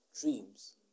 Dreams